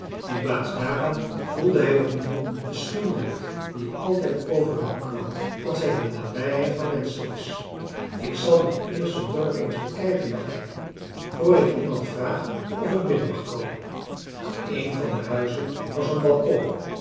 in plaats daarvan voelde hij opnieuw de schuwheid die altijd over hem kwam als hij in de nabijheid van menschen was ik zal nog eerst het dorp eens bekijken dacht hij voor ik iemand vraag of ik binnen mag komen aan een van de huizen was een balkon